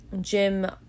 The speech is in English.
gym